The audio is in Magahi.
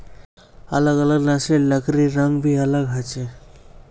अलग अलग नस्लेर लकड़िर रंग भी अलग ह छे